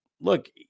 look